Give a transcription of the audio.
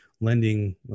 lending